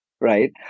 right